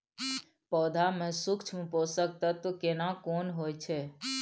पौधा में सूक्ष्म पोषक तत्व केना कोन होय छै?